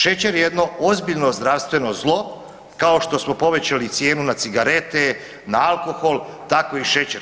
Šećer je jedno ozbiljno zdravstveno zlo kao što smo povećali cijenu na cigarete, na alkohol, tako i šećer.